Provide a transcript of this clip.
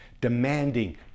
Demanding